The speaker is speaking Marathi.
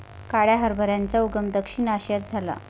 काळ्या हरभऱ्याचा उगम दक्षिण आशियात झाला